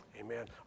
Amen